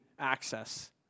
access